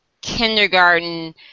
kindergarten